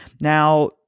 Now